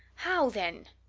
how, then?